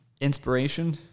Inspiration